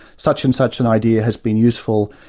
such and such an idea has been useful,